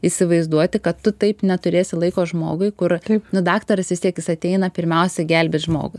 įsivaizduoti kad tu taip neturėsi laiko žmogui kur nu daktaras vis tiek jis ateina pirmiausia gelbėt žmogų